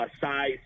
size